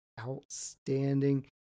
outstanding